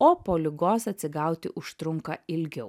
o po ligos atsigauti užtrunka ilgiau